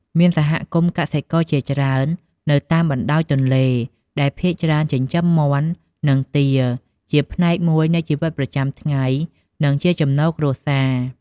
មានសហគមន៍កសិករជាច្រើននៅតាមបណ្ដោយទន្លេ ដែលភាគច្រើនចិញ្ចឹមមាន់ និងទាជាផ្នែកមួយនៃជីវភាពប្រចាំថ្ងៃ និងជាចំណូលគ្រួសារ។